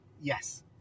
yes